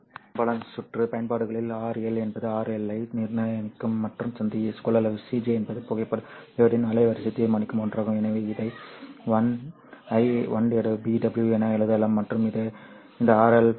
பெரும்பாலான சுற்று பயன்பாடுகளில் RL என்பது RL ஐ நிர்ணயிக்கும் மற்றும் சந்தி கொள்ளளவு CJ என்பது புகைப்பட டையோட்டின் அலைவரிசையை தீர்மானிக்கும் ஒன்றாகும் எனவே இதை 1 BW என எழுதலாம் மற்றும் இந்த RL